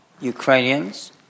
Ukrainians